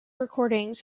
recordings